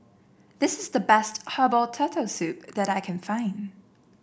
this is the best Herbal Turtle Soup that I can find